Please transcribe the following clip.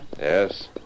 Yes